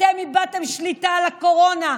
אתם איבדתם שליטה על הקורונה,